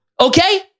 Okay